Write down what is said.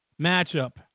matchup